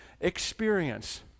experience